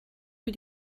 für